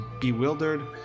bewildered